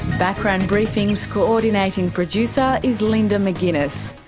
background briefing's coordinating producer is linda mcginness,